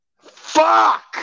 Fuck